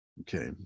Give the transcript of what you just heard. Okay